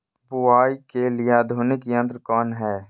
बुवाई के लिए आधुनिक यंत्र कौन हैय?